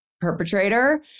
perpetrator